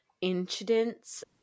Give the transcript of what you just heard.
incidents